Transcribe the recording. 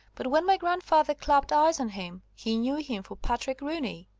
but when my grandfather clapped eyes on him, he knew him for patrick rooney,